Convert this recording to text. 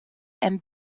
and